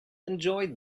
enjoyed